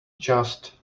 just